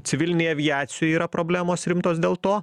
civilinėj aviacijoj yra problemos rimtos dėl to